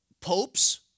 popes